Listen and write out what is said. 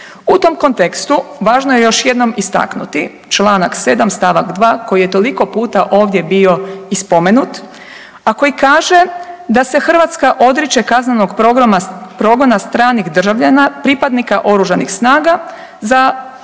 U tom kontekstu važno je još jednom istaknuti, članak 7. stavak 2. koji je toliko puta ovdje bio i spomenut, a koji kaže da se Hrvatska odriče kaznenog progona stranih državljana, pripadnika oružanih snaga za